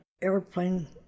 Airplane